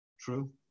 True